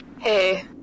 Hey